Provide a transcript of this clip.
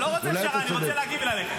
אני לא רוצה פשרה, אני רוצה להגיב וללכת.